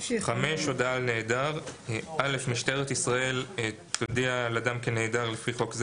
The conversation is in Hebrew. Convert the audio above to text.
הודעה על נעדר משטרת ישראל תודיע על אדם כנעדר לפי חוק זה,